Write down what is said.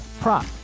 prop